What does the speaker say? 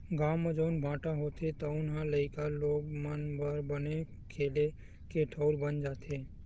गाँव म जउन भाठा होथे तउन ह लइका लोग मन बर बने खेले के ठउर बन जाथे